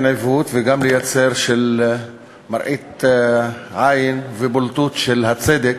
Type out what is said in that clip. עיוות וגם לייצר מראית עין ובולטות של הצדק,